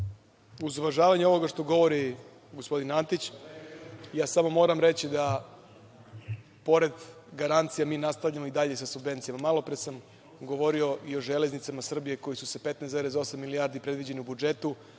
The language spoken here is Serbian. Uz uvažavanje ovoga što govori gospodin Antić, ja samo moram reći da, pored garancija, mi nastavljamo i dalje sa subvencijama. Malopre sam govorio i o „Železnicama Srbije“ koji su se 15,8 milijardi predviđene u budžetu,